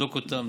נבדוק אותם,